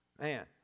man